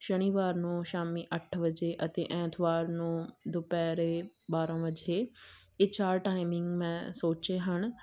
ਸ਼ਨੀਵਾਰ ਨੂੰ ਸ਼ਾਮੀ ਅੱਠ ਵਜੇ ਅਤੇ ਐਤਵਾਰ ਨੂੰ ਦੁਪਹਿਰ ਬਾਰ੍ਹਾਂ ਵਜੇ ਇਹ ਚਾਰ ਟਾਈਮਿੰਗ ਮੈਂ ਸੋਚੇ ਹਨ